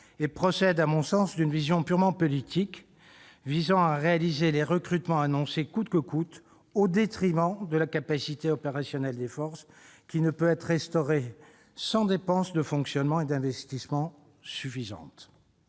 procède à mon sens d'une vision purement politique, visant à mener les recrutements annoncés coûte que coûte, au détriment de la capacité opérationnelle des forces, laquelle ne peut être restaurée sans dépenses de fonctionnement et d'investissement dignes